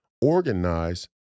organize